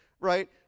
right